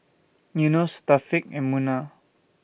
Yunos and Munah